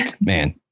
man